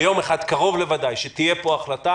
ביום אחד קרוב לוודאי תהיה פה החלטה.